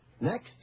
Next